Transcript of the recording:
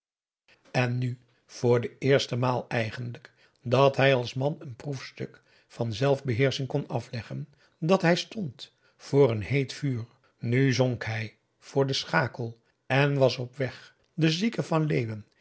en nu voor de eerste maal eigenlijk dat hij als man een proefstuk van zelfbeheersching kon afleggen dat hij stond voor een heet vuur nu zonk hij voor den schakel en was op weg den zieken van leeuwen